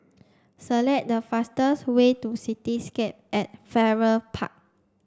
select the fastest way to Cityscape at Farrer Park